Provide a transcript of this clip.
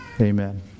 Amen